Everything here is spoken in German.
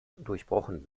durchbrochen